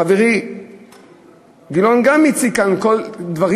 חברי גילאון גם הציג כאן דברים,